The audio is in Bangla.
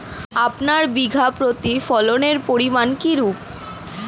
আপনার বিঘা প্রতি ফলনের পরিমান কীরূপ?